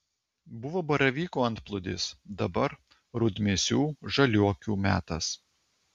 buvo baravykų antplūdis dabar rudmėsių žaliuokių metas